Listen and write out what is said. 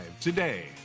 today